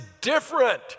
different